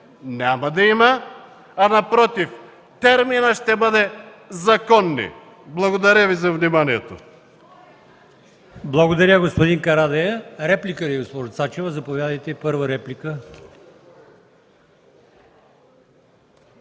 няма да има, а напротив терминът ще бъде „законни”. Благодаря Ви за вниманието.